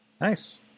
Nice